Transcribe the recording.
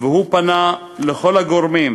פנה לכל הגורמים,